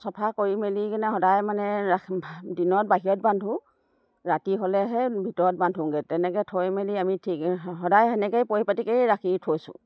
চফা কৰি মেলি কিনে সদায় মানে দিনত বাহিৰত বান্ধোঁ ৰাতি হ'লেহে ভিতৰত বান্ধোঁগৈ তেনেকৈ থৈ মেলি আমি ঠিক সদায় সেনেকৈয়ে পৰিপাতিকেই ৰাখি থৈছোঁ